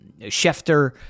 Schefter